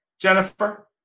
Jennifer